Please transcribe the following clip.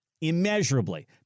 immeasurably